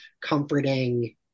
comforting